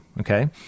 okay